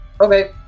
Okay